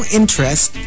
interest